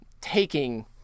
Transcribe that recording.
taking